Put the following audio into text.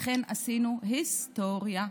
אכן עשינו היסטוריה.